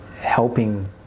helping